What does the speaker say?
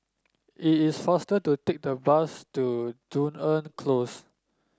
it is faster to take the bus to Dunearn Close